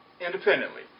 independently